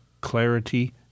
clarity